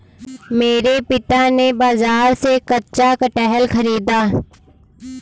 मेरे पिता ने बाजार से कच्चा कटहल खरीदा